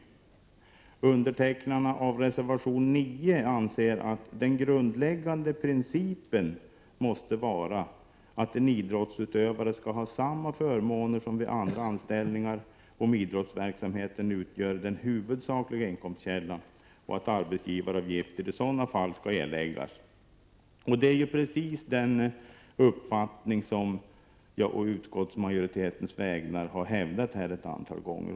De som undertecknat reservation 9 anser att den grundläggande principen måste vara att en idrottsutövare skall ha samma förmåner som man har vid andra anställningar, om idrottsverksamheten utgör den huvudsakliga inkomstkällan. Arbetsgivaravgifter skall i sådana fall erläggas. Detta är ju precis den uppfattning som jag å utskottsmajoritetens vägnar har hävdat här ett antal gånger.